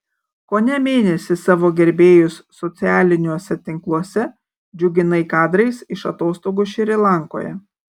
kone mėnesį savo gerbėjus socialiniuose tinkluose džiuginai kadrais iš atostogų šri lankoje